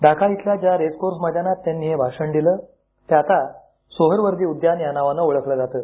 ढाका इथल्या ज्या race course मैदानात त्यांनी हे भाषण दिल ते आता सोहरवर्दी उद्यान या नावानं ओळखलं जातं